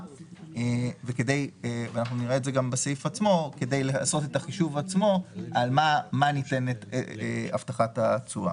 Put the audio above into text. וכדי לעשות את החישוב עצמו על מה ניתנת הבטחת התשואה.